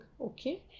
okay